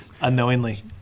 Unknowingly